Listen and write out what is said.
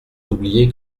oubliez